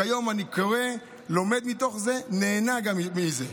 כיום אני קורא, לומד מתוך זה, וגם נהנה מזה.